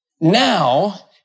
now